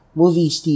movies